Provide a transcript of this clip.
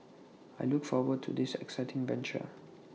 I look forward to this exciting venture